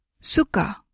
Suka